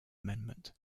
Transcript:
amendment